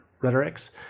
rhetorics